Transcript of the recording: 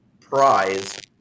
prize